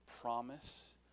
promise